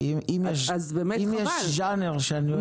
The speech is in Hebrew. כי אם יש ז'אנר שאני אוהב זה